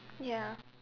ya